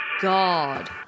God